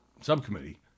subcommittee